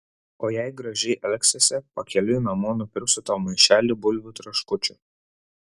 o jei gražiai elgsiesi pakeliui namo nupirksiu tau maišelį bulvių traškučių